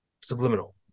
subliminal